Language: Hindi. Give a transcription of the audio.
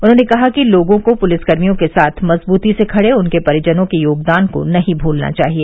उन्होंने कहा कि लोगों को पुलिसकर्मियों के साथ मजबूती से खड़े उनके परिजनों के योगदान को नहीं भूलना चाहिए